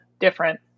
different